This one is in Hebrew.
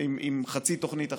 עם חצי תוכנית אחרת.